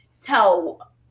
tell